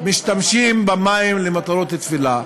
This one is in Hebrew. שמשתמשים במים למטרות תפילה.